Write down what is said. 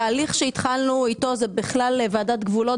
התהליך שהתחלנו איתו בוועדת גבולות